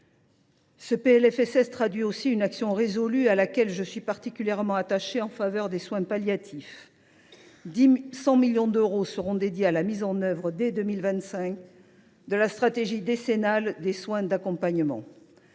Ce PLFSS traduit aussi une action résolue, à laquelle je suis particulièrement attachée, en faveur des soins palliatifs : 100 millions d’euros seront dédiés à la mise en œuvre, dès 2025, de la stratégie décennale des soins d’accompagnement.